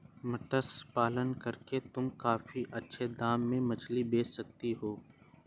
मत्स्य पालन करके तुम काफी अच्छे दाम में मछली बेच सकती हो